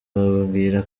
babwira